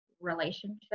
relationship